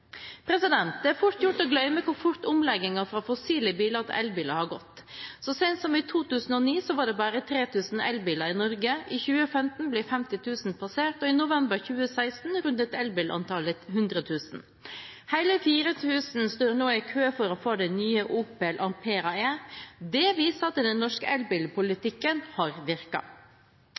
Det er fort gjort å glemme hvor fort omleggingen fra fossile biler til elbiler har gått. Så sent som i 2009 var det bare 3 000 elbiler i Norge, i 2015 ble 50 000 passert, og i november 2016 rundet elbilantallet 100 000. Hele 4 000 står nå i kø for å få den nye Opel Ampera-e. Det viser at den norske elbilpolitikken har